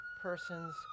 person's